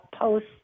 post